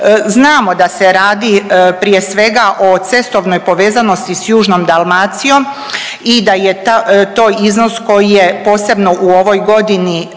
Znamo da se radi prije svega o cestovnoj povezanosti s južnom Dalmacijom i da je to iznos koji je posebno u ovoj godini,